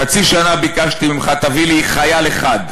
חצי שנה ביקשתי ממך: תביא לי חייל אחד,